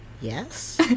Yes